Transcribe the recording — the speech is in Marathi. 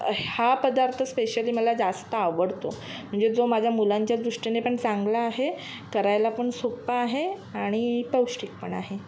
ह हा पदार्थ स्पेशली मला जास्त आवडतो म्हणजे जो माझ्या मुलांच्या दृष्टीने पण चांगला आहे करायला पण सोपा आहे आणि पौष्टिक पण आहे